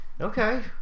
Okay